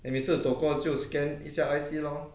admitted 走过就 scan 一下 your I_C lor